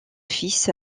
fils